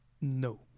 No